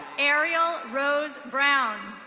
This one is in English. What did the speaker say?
ariel rose brown.